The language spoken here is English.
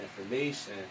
information